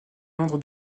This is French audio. méandres